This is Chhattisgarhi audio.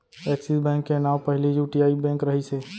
एक्सिस बेंक के नांव पहिली यूटीआई बेंक रहिस हे